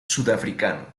sudafricano